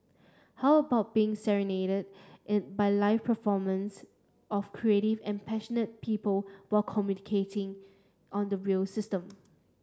how about being serenaded in by live performance of creative and passionate people while commuting on the rail system